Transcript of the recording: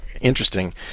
interesting